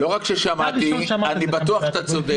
לא רק ששמעתי, אני בטוח שאתה צודק.